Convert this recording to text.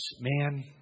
Man